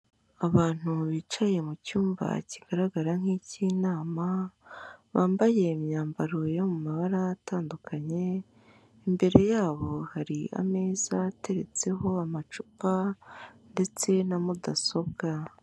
Abantu bicaye mu cyumba kigaragara nk'ikinama bambaye imyambaro yo mu mabara atandukanye, imbere yabo hari ameza ateretseho amacupa ndetse na mudasobwa.